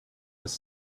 with